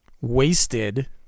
wasted